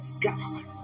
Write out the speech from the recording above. God